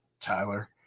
Tyler